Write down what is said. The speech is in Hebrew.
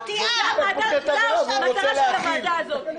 זורקים בקבוקי תבערה והוא רוצה להכיל.